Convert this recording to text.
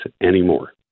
anymore